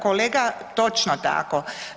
Kolega točno tako.